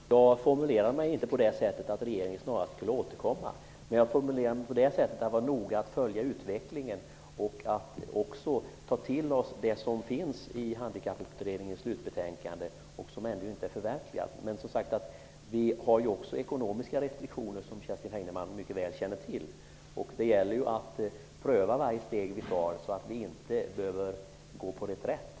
Herr talman! Jag formulerade det inte på det sättet att regeringen snarast borde återkomma. Jag sade att vi får noga följa utvecklingen och ta till oss det som sägs i Handikapputredningens slutbetänkande, också om det ännu inte är förverkligat. Vi gör vissa ekonomiska reflexioner, som Kerstin Heinemann mycket väl känner till. Det gäller att pröva varje steg vi tar så att vi inte behöver gå på reträtt.